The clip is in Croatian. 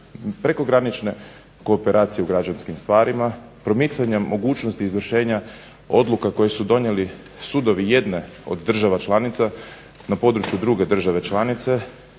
prekogranične kooperacije u građanskim stvarima, promicanjem mogućnosti izvršenja odluka koje su donijeli sudovi jedne od država članica na području druge države članice,